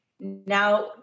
Now